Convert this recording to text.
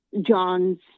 John's